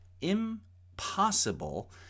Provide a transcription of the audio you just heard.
Impossible